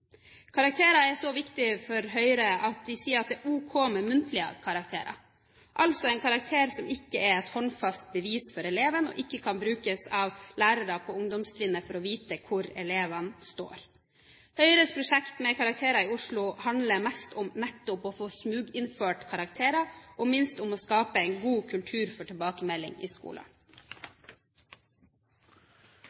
Karakterer er så viktig for Høyre at de sier at det er ok med muntlige karakterer, altså en karakter som ikke er et håndfast bevis for eleven, og ikke kan brukes av lærere på ungdomstrinnet for å vite hvor eleven står. Høyres prosjekt med karakterer i Oslo handler mest om nettopp å få smuginnført karakterer og minst om å skape en god kultur for tilbakemelding i skolen.